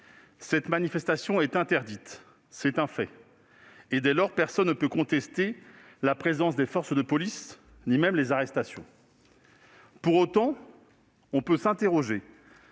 Cette manifestation est interdite. C'est un fait. Dès lors, personne ne peut contester la présence des forces de police ni même les arrestations. Pour autant, on peut s'interroger